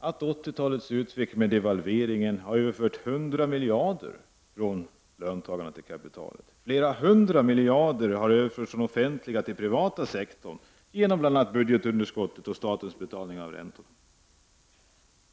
80-talets utveckling med devalveringarna har överfört över 100 miljarder kronor från löntagarna till kapitalet. Flera hundra miljarder kronor har överförts från den offentliga till den privata sektorn genom bl.a. budgetunderskottet och statens betalningar av räntorna på lånen.